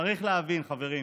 צריך להבין, חברים,